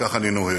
וכך אני נוהג,